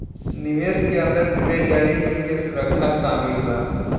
निवेश के अंदर ट्रेजरी बिल के सुरक्षा शामिल बा